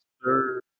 sir